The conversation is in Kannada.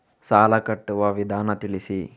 ಸಾಲ ಕಟ್ಟುವ ವಿಧಾನ ತಿಳಿಸಿ?